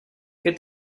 qué